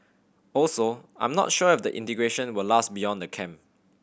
also I'm not sure if the integration will last beyond the camp